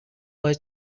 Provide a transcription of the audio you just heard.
باید